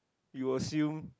you assume